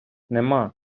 нема